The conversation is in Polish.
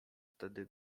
wtedy